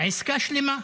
עסקה שלמה,